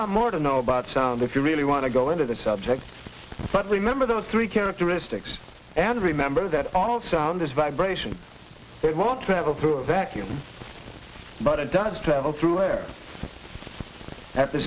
lot more to know about if you really want to go into that subject but remember those three characteristics and remember that all sound is vibration it won't travel through a vacuum but it does travel through air at the